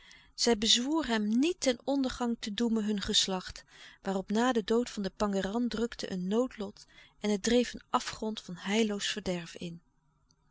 zij bezwoer hem niet ten ondergang te doemen hun geslacht waarop na den dood van den pangéran drukte een noodlot en het dreef een afgrond van heilloos verderf in